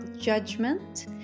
judgment